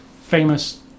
famous